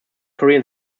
korean